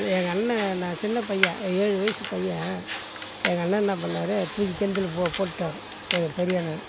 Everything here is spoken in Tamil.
எங்கள் அண்ணன் நான் சின்னப் பையன் ஏழு வயசு பையன் எங்கள் அண்ணன் என்ன பண்ணிணாரு தூக்கி கிணத்துல போ போட்டுடாரு எங்கள் பெரிய அண்ணன்